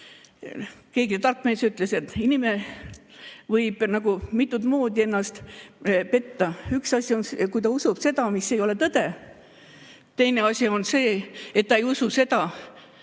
keegi tark mees ütles, et inimene võib mitut moodi ennast petta: üks asi on, kui ta usub seda, mis ei ole tõde, teine asi on, kui ta ei usu seda,